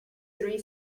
three